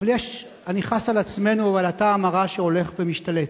אבל אני חס על עצמנו ועל הטעם הרע שהולך ומשתלט.